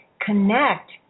connect